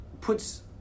puts